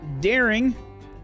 daring